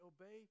obey